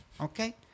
okay